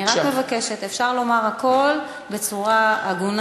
אני רק מבקשת, אפשר לומר הכול בצורה הגונה ויפה.